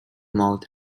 mouth